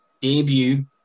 debut